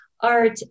art